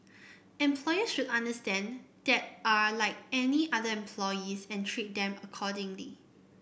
employers should understand that are like any other employees and treat them accordingly